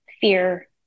fear